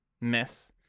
miss